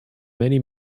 many